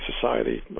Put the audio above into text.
society